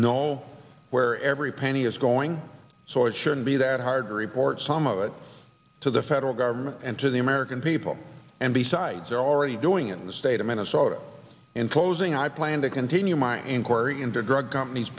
know where every penny is going so it shouldn't be that hard to report some of it to the federal government and to the american people and besides they're already doing it in the state of minnesota in closing i plan to continue my inquiry into drug companies